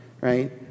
right